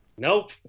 Nope